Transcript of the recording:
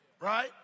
right